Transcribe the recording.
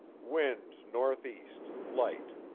wind northeast, light,